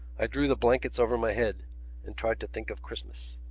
i drew the blankets over my head and tried to think of christmas.